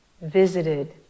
visited